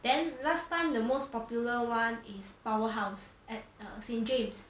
then last time the most popular one is powerhouse at err saint james